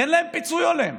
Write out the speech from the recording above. תן להם פיצוי הולם,